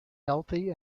healthy